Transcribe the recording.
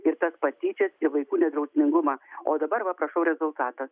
ir tas patyčias ir vaikų nedrausmingumą o dabar va prašau rezultatas